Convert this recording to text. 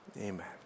amen